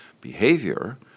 behavior